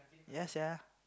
yeah sia